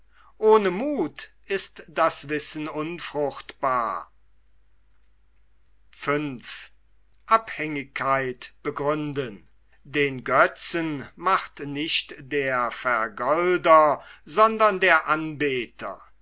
ohne muth ist das wissen unfruchtbar den götzen macht nicht der vergolder sondern der anbeter